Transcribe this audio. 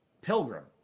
Pilgrim